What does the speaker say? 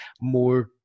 more